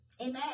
amen